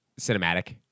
cinematic